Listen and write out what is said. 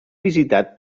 visitat